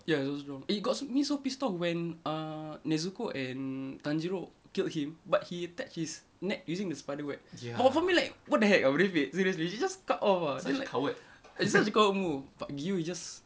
ya he's so strong he got m~ so pissed off when uh nezuko and tanjiro killed him but he attach his neck using the spider web but for me like what the heck i~ i~ seriously he just cut off [what] it's such a coward move but gui is just